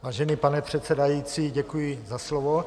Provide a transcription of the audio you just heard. Vážený pane předsedající, děkuji za slovo.